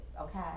okay